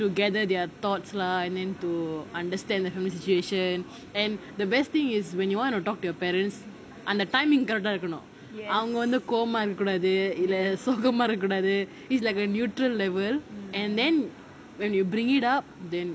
to gather their thoughts lah and then to understand the whole situation and the best thing is when you want to talk to your parents அந்த:antha timing correct eh இருக்கனும் அவங்க வந்து கோவமா இருக்கக்கூடாது வந்து சோகமா இருக்க கூடாது:irukanum avanga vanthu kovamaa irukkakudaathu vanthu sogamaa irukka kudaathu is like a neutral level and then when you bring it up then